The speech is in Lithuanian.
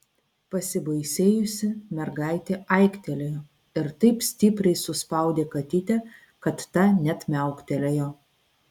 pasibaisėjusi mergaitė aiktelėjo ir taip stipriai suspaudė katytę kad ta net miauktelėjo